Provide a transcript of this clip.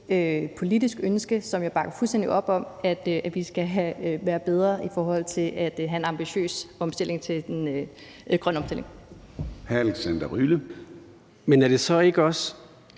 politisk ønske, som jeg bakker fuldstændig op om, at vi skal være bedre i forhold til at have en ambitiøs grøn omstilling.